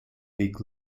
big